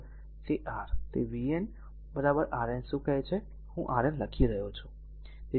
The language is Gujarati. તે r તે vn આ Rn Rn શું કહે છે હું અહીં Rn લખી રહ્યો છું